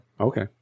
Okay